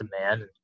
demand